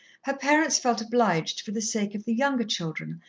her parents felt obliged, for the sake of the younger children,